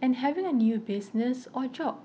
and having a new business or job